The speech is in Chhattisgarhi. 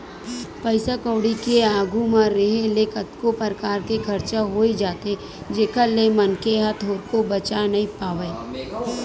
पइसा कउड़ी के आघू म रेहे ले कतको परकार के खरचा होई जाथे जेखर ले मनखे ह थोरको बचा नइ पावय